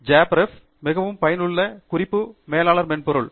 JabRef மிகவும் பயனுள்ள குறிப்பு மேலாளர் மென்பொருள்